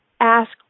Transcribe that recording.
ask